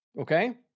Okay